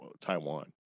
Taiwan